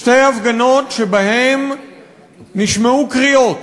שתי הפגנות שבהן נשמעו קריאות